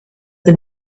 the